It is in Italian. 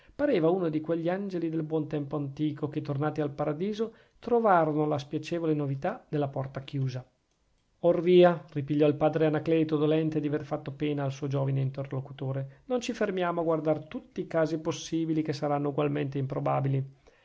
pareva uno di quegli angeli del buon tempo antico che tornati al paradiso trovarono la spiacevole novità della porta chiusa orvia ripigliò il padre anacleto dolente di aver fatto pena al suo giovine interlocutore non ci fermiamo a guardare tutti i casi possibili che saranno ugualmente improbabili